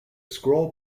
scroll